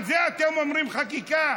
על זה אתם אומרים חקיקה?